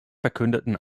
verkündeten